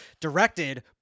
directed